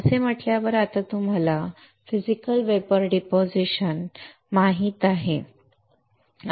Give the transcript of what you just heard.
तर असे म्हटल्यावर आता तुम्हाला फिजिकल वेपर डिपॉझिशन माहित आहे बरोबर